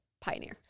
Pioneer